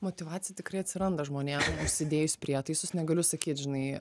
motyvacija tikrai atsiranda žmonėm užsidėjus prietaisus negaliu sakyt žinai